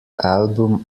album